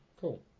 Cool